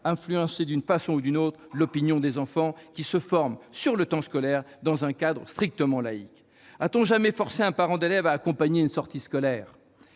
influencer d'une façon ou d'une autre l'opinion des enfants, qui se forment, sur le temps scolaire, dans un cadre strictement laïque. A-t-on jamais forcé un parent d'élève à accompagner une sortie scolaire ?